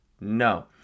No